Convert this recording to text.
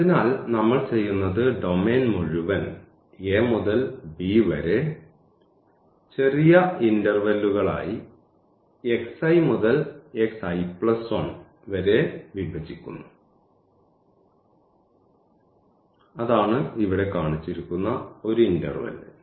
അതിനാൽ നമ്മൾ ചെയ്യുന്നത് ഡൊമെയ്ൻ മുഴുവൻ മുതൽ വരെ ചെറിയ ഇൻറർവെല്ലുകൾ ആയി മുതൽ വരെ വിഭജിക്കുന്നു അതാണ് ഇവിടെ കാണിച്ചിരിക്കുന്ന ഒരു ഇൻറർവെല്